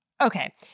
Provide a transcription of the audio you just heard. Okay